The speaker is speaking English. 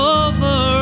over